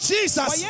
Jesus